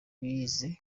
bize